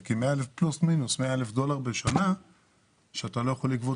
זה כ-100,000 דולר בשנה שאתה לא יכול לגבות